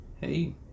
hey